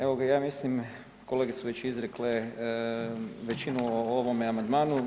Evo ga, ja mislim, kolege su već izrekle većinu na ovome amandmanu.